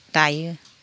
दायो